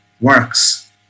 works